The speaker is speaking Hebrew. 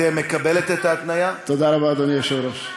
תודה רבה, אדוני היושב-ראש.